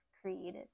created